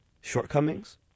shortcomings